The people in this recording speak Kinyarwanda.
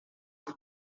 ibi